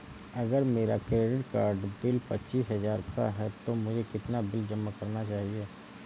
अगर मेरा credit card bill पच्चीस हजार का है तो मुझे कितना बिल जमा करना चाहिए?